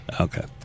Okay